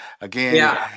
again